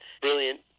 brilliant